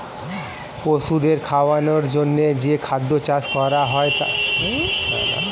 পশুদের খাওয়ানোর জন্যে যেই খাদ্য চাষ করা হয় তাকে ফডার বলে